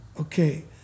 Okay